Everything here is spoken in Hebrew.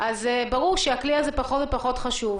אז ברור שהכלי הזה פחות ופחות חשוב.